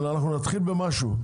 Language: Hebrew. אבל אנחנו נתחיל במשהו.